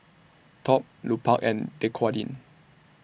Top Lupark and Dequadin